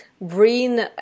bring